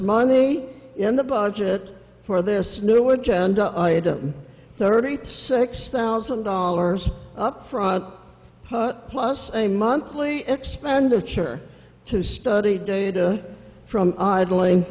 army in them budget for this new agenda item thirty six thousand dollars up front plus a monthly expenditure to study data from oddly